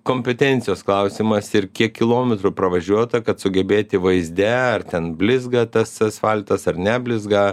kompetencijos klausimas ir kiek kilometrų pravažiuota kad sugebėti vaizde ar ten blizga tas asfaltas ar neblizga